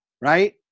Right